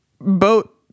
boat